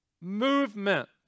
movement